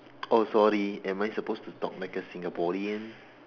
oh sorry am I supposed to talk like a Singaporean